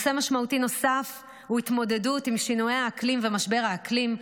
נושא משמעותי נוסף הוא התמודדות עם שינויי האקלים ומשבר האקלים.